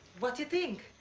what do you think?